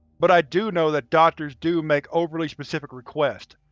but i do know that doctors do make overly specific requests.